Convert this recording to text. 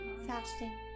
fasting